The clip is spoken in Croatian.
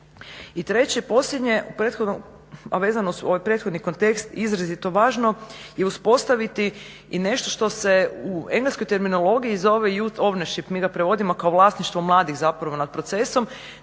I treće posljednje a vezano uz ovaj prethodni kontekst izrazito važno je uspostaviti i nešto što se u engleskoj terminologiji zove youth ownership mi ga prevodimo kao vlasništvo mladih nad procesom.